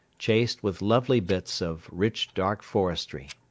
chased with lovely bits of rich dark forestry.